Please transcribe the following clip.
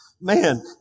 Man